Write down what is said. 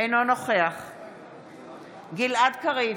גלעד קריב,